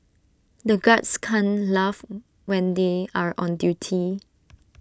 the guards can't laugh when they are on duty